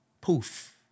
poof